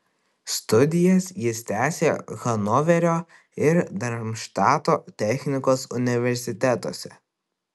studijas jis tęsė hanoverio ir darmštato technikos universitetuose